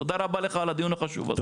תודה רבה לך על הדיון החשוב הזה.